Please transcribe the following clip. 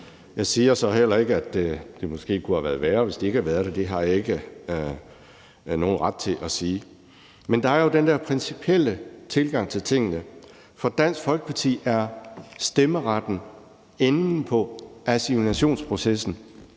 Jeg siger så heller ikke, at det måske kunne have været værre, hvis der ikke havde været det. Det har jeg ikke nogen ret til at sige. Men der er jo den der principielle tilgang til tingene. For Dansk Folkeparti er stemmeretten enden på assimilationsprocessen.